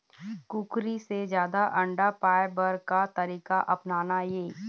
कुकरी से जादा अंडा पाय बर का तरीका अपनाना ये?